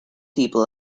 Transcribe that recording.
people